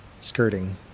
skirting